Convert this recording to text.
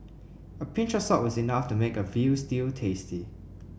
a pinch of salt is enough to make a veal stew tasty